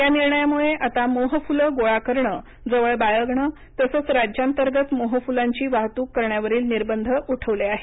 या निर्णयामुळे आता मोहफुलं गोळा करणं जवळ बाळगणं तसंच राज्यांतर्गत मोहफुलांची वाहतूक करण्यावरील निर्बंध उठवले आहेत